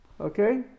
Okay